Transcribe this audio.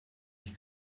ich